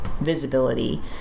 visibility